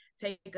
take